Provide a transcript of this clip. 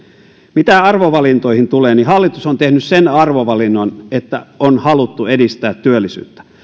mitä arvovalintoihin tulee niin hallitus on tehnyt sen arvovalinnan että on haluttu edistää työllisyyttä